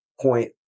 point